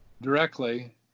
directly